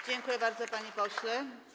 Dziękuję bardzo, panie pośle.